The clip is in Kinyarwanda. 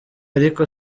ariko